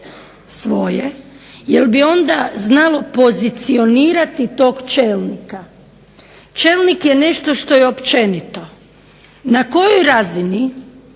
svoje jel bi onda znalo pozicionirati tog čelnika. Čelnik je nešto što je općenito. Na kojoj razini